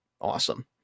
awesome